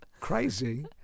Crazy